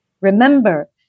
Remember